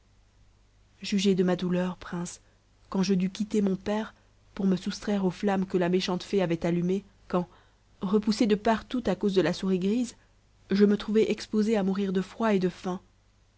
jugez de ma douleur prince quand je dus quitter mon père pour me soustraire aux flammes que la méchante fée avait allumées quand repoussée de partout à cause de la souris grise je me trouvai exposée à mourir de froid et de faim